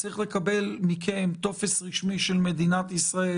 הוא צריך לקבל מכם טופס רשמי של מדינת ישראל,